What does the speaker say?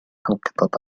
القطط